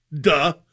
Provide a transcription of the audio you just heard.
Duh